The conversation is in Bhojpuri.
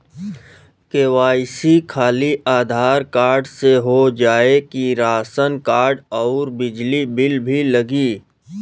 के.वाइ.सी खाली आधार कार्ड से हो जाए कि राशन कार्ड अउर बिजली बिल भी लगी?